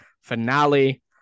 finale